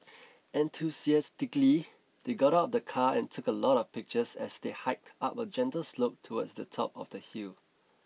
enthusiastically they got out of the car and took a lot of pictures as they hiked up a gentle slope towards the top of the hill